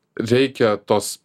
reikia tos